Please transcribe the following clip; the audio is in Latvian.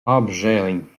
apžēliņ